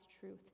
truth